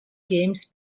games